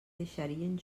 deixarien